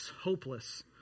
hopeless